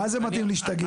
מה זה מתאים לי שתגיד.